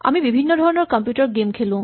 আমি বিভিন্ন ধৰণৰ কম্পিউটাৰ গেম খেলো